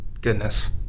goodness